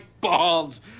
balls